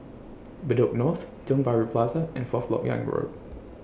Bedok North Tiong Bahru Plaza and Fourth Lok Yang Road